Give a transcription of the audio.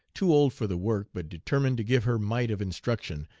too old for the work, but determined to give her mite of instruction,